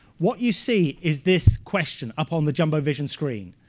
what you see is this question up on the jumbo-vision screen.